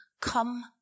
come